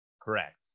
correct